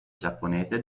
giapponese